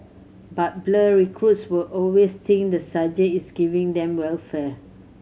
but blur recruits will always think the sergeant is giving them welfare